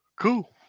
cool